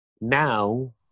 Now